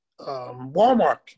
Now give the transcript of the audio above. Walmart